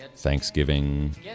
Thanksgiving